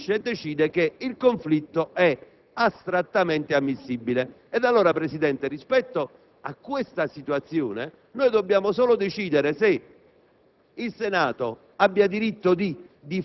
Siamo in una sede di conflitto di attribuzione fra poteri dello Stato rispetto alla quale la Corte costituzionale, in via preliminare, si riunisce e decide che il conflitto è